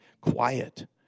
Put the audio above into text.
quiet